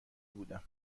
بودم